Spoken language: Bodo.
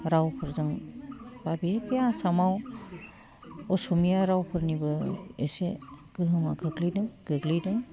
रावखौ जों बा बेबो आसामाव अस'मिया रावफोरनिबो इसे गोहोमा गोग्लैदों गोग्लैदों